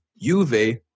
Juve